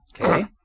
Okay